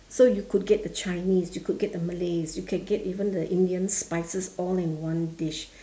so you could get the chinese you could get the malays you could get even the indian spices all in one dish